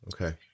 okay